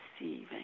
receiving